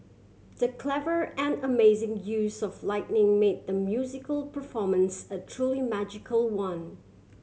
the clever and amazing use of lighting made the musical performance a truly magical one